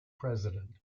president